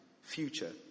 future